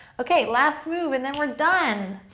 okay, last move and then we're done!